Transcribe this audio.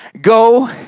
go